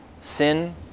Sin